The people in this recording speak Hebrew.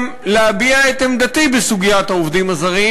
להביע את עמדתי בסוגיית העובדים הזרים,